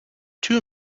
two